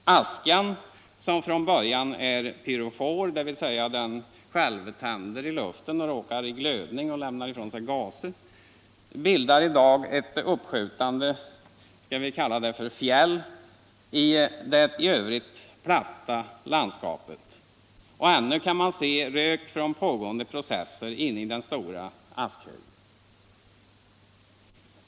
Askan — som från början är pyrofor, dvs. den självtänder i luften, råkar i glödning och lämnar ifrån sig gaser — bildar i dag ett uppskjutande ”fjäll” i det i övrigt platta landskapet, och ännu kan man se rök från pågående processer inne i den stora askhögen.